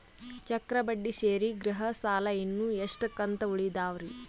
ಚಕ್ರ ಬಡ್ಡಿ ಸೇರಿ ಗೃಹ ಸಾಲ ಇನ್ನು ಎಷ್ಟ ಕಂತ ಉಳಿದಾವರಿ?